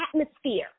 atmosphere